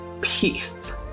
peace